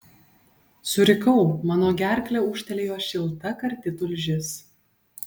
surikau mano gerkle ūžtelėjo šilta karti tulžis